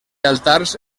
altars